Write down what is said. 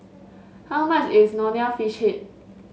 how much is Nonya Fish Head